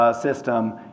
system